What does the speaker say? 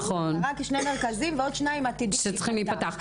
רק שני מרכזים ועוד שניים עתידים להיפתח.